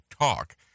TALK